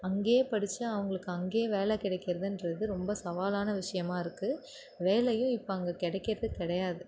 அங்கேயே படிச்சு அவங்களுக்கு அங்கேயே வேலை கிடைக்கிறதுன்றது ரொம்ப சவாலான விஷயமா இருக்கு வேலையும் இப்போ அங்கே கிடைக்கிறது கிடையாது